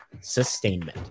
sustainment